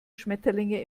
schmetterlinge